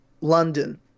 London